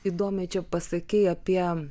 įdomiai čia pasakei apie